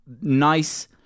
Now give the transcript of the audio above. nice